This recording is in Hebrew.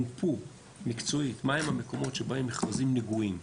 מופו מקצועית מהם המקומות שבהם מכרזים נגועים.